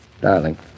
Darling